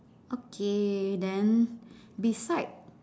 okay then beside